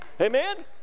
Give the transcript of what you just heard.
Amen